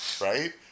right